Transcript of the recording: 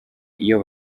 iyo